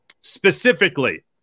Specifically